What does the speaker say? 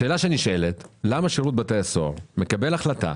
השאלה הנשאלת היא למה שירות בתי הסוהר מקבל החלטה